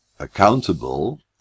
accountable